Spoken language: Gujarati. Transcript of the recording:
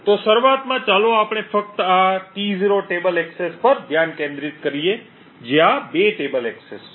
તો શરૂઆતમાં ચાલો આપણે ફક્ત આ T0 ટેબલ એક્સેસ પર ધ્યાન કેન્દ્રિત કરીએ જે આ 2 ટેબલ એક્સેસ છે